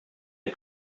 est